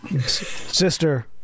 Sister